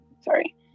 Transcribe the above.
sorry